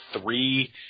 three